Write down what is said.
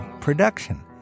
production